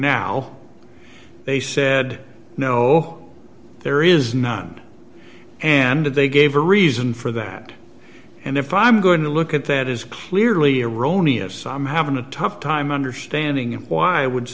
now they said no there is none and they gave a reason for that and if i'm going to look at that is clearly erroneous i'm having a tough time understanding why i would